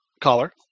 Caller